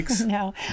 No